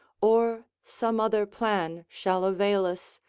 or some other plan shall avail us,